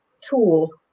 tool